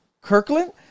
Kirkland